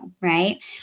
Right